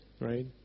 right